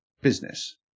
business